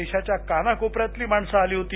देशाच्या कानाकोपर्यातली माणसं आली होती